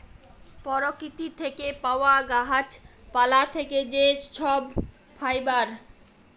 পরকিতি থ্যাকে পাউয়া গাহাচ পালা থ্যাকে যে ছব ফাইবার